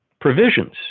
provisions